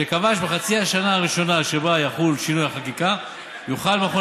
שקבעה שבחצי השנה הראשונה שבה יחול שינוי החקיקה יוכל מכון